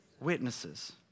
witnesses